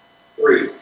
three